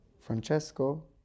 Francesco